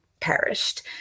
perished